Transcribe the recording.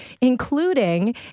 including